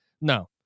No